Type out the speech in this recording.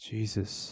Jesus